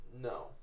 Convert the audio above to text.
No